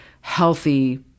healthy